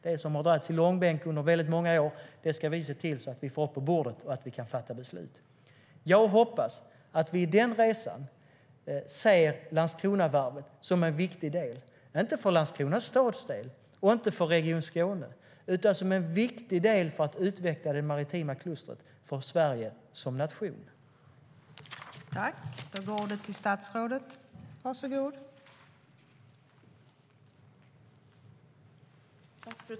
Det som har dragits i långbänk under väldigt många år ska vi se till att vi får på bordet och kan fatta beslut om. Jag hoppas att vi på den resan ser Landskronavarvet som en viktig del, inte för Landskronas stads del och inte för Region Skånes del utan som en viktig del för att utveckla det maritima klustret för Sverige som nation.